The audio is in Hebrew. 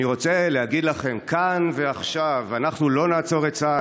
"אני רוצה להגיד לכם כאן ועכשיו שאנחנו לא נעצור את צה"ל.